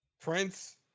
prince